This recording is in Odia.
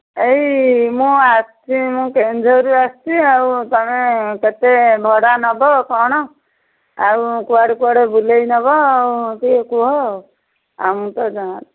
ଏଇ ମୁଁ ଆସିଛିି ମୁଁ କେନ୍ଦୁଝରରୁ ଆସିଛି ଆଉ ତୁମେ କେତେ ଭଡ଼ା ନେବ କ'ଣ ଆଉ କୁଆଡ଼େ କୁଆଡ଼େ ବୁଲେଇ ନେବ ଆଉ ଟିକିଏ କୁହ ଆଉ ଆମକୁ ତ